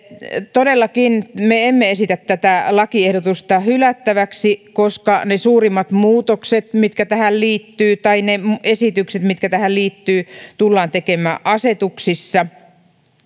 todellakin me emme esitä tätä lakiehdotusta hylättäväksi koska ne suurimmat muutokset mitkä tähän liittyvät tai ne esitykset mitkä tähän liittyvät tullaan tekemään asetuksissa